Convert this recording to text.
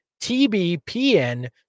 TBPN